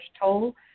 toll